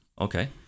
Okay